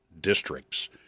districts